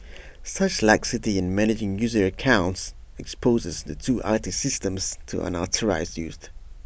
such laxity in managing user accounts exposes the two I T systems to unauthorised used